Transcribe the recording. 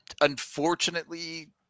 Unfortunately